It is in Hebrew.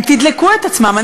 הם תדלקו את עצמם.